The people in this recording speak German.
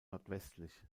nordwestlich